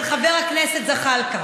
של חבר הכנסת זחאלקה.